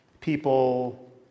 people